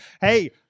Hey